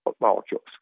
molecules